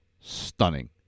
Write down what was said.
stunning